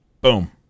Boom